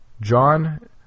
John